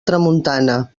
tramuntana